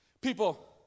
People